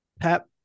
Pep